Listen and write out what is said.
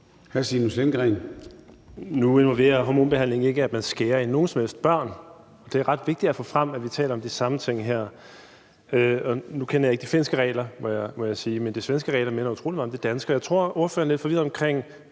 Lindgreen (RV): Nu involverer hormonbehandling ikke, at man skærer i nogen som helst børn. Det er ret vigtigt at få frem, så vi taler om de samme ting her. Nu kender jeg ikke de finske regler, må jeg sige, men de svenske regler minder utrolig meget om de danske. Og jeg tror, at ordføreren er lidt forvirret